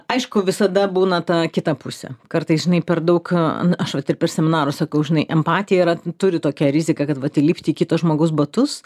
aišku visada būna ta kita pusė kartais žinai per daug aš vat ir per seminarus sakau žinai empatija yra turi tokią riziką kad vat įlipt į kito žmogaus batus